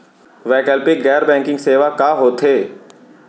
वैकल्पिक गैर बैंकिंग सेवा का होथे?